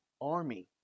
army